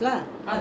mmhmm